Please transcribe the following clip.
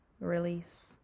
release